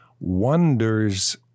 wonders